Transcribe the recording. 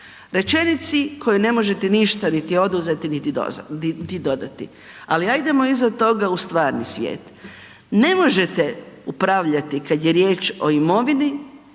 rečenici kojoj ne možete ništa niti oduzeti niti dodati. Ali ajdemo iza toga u stvarni svijet. Ne možete upravljati kada je riječ o imovinu